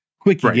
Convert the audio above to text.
quick